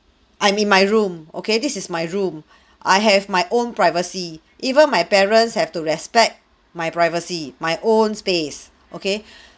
I'm in my room okay this is my room I have my own privacy even my parents have to respect my privacy my own space okay